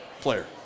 Player